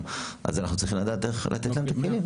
אז אנחנו צריכים לדעת איך לתת להם את הכלים,